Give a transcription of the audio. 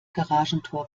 garagentor